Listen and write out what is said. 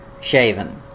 shaven